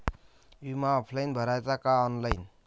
बिमा ऑफलाईन भराचा का ऑनलाईन?